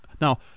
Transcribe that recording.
Now